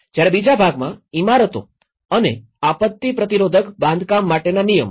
જ્યારે બીજા ભાગમાં ઇમારતો અને આપત્તિ પ્રતિરોધક બાંધકામ માટેના નિયમો